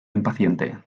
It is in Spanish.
impaciente